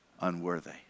unworthy